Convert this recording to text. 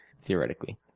Theoretically